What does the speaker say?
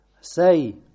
Say